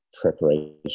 preparation